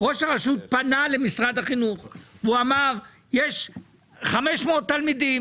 פונה למשרד החינוך ואומר שיש 500 תלמידים